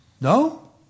No